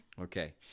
Okay